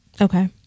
Okay